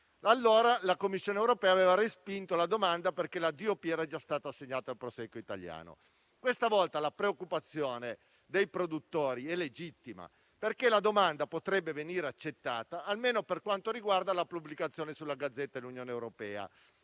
Allora, la Commissione europea aveva respinto la domanda, perché il marchio di denominazione di origine protetta era già stato assegnato al Prosecco italiano. Questa volta la preoccupazione dei produttori è legittima, perché la domanda potrebbe venire accettata almeno per quanto riguarda la pubblicazione sulla Gazzetta dell'Unione europea,